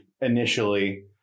initially